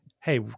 Hey